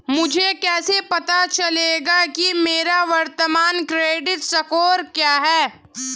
मुझे कैसे पता चलेगा कि मेरा वर्तमान क्रेडिट स्कोर क्या है?